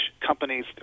companies